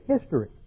history